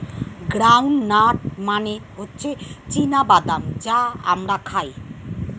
ground nut মানে হচ্ছে চীনা বাদাম যা আমরা খাই